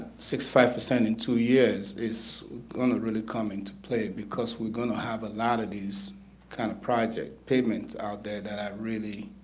sixty five percent in two years is gonna really come into play because we're gonna have a lot of these kind of project pavements out there that i really